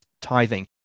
tithing